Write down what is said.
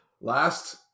last